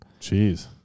Jeez